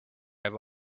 have